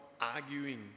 arguing